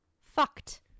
Fucked